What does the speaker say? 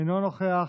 אינו נוכח.